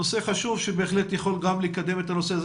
נושא חשוב שבהחלט יכול לקדם גם את עניין